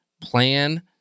plan